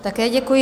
Také děkuji.